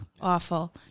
awful